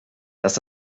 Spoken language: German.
dass